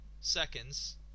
seconds